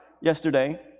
yesterday